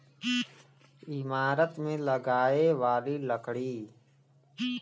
ईमारत मे लगाए वाली लकड़ी